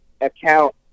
account